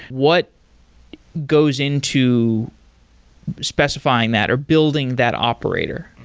what goes into specifying that, or building that operator?